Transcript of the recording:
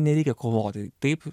nereikia kovoti taip